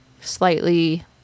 slightly